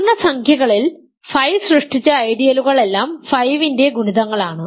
പൂർണ്ണസംഖ്യകളിൽ 5 സൃഷ്ടിച്ച ഐഡിയലുകൾ എല്ലാം 5 ന്റെ ഗുണിതങ്ങളാണ്